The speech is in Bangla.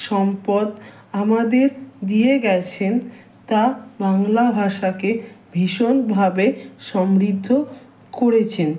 সম্পদ আমাদের দিয়ে গেছেন তা বাংলা ভাষাকে ভীষণভাবে সমৃদ্ধ করেছেন